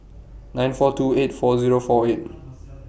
nine four two eight four Zero four eight